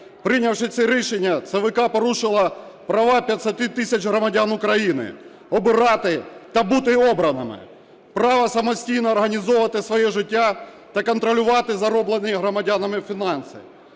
Прийнявши це рішення ЦВК порушила права 500 тисяч громадян України – обирати та бути обраними. Право самостійно організовувати своє життя та контролювати зароблені громадянами фінанси.